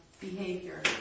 behavior